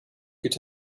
could